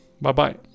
Bye-bye